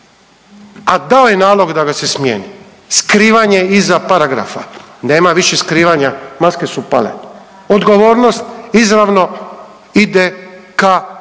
a dao je nalog da ga se smijeni, skrivanje iza paragrafa. Nema više skrivanja, maske su pale! Odgovornost izravno ide ka izvršnome